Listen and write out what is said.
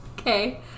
Okay